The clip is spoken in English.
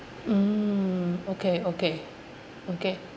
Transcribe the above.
mm okay okay okay